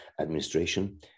administration